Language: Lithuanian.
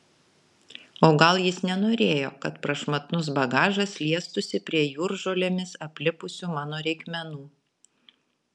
o gal jis nenorėjo kad prašmatnus bagažas liestųsi prie jūržolėmis aplipusių mano reikmenų